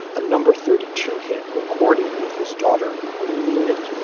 a number thirty two hit recorded with his daughter moon unit